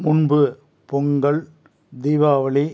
முன்பு பொங்கல் தீபாவளி